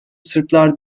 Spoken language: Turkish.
sırplar